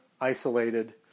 isolated